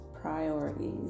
priorities